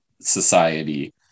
society